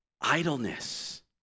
idleness